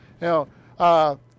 Now